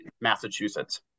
Massachusetts